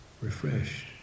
refreshed